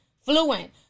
fluent